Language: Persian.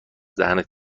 دهنت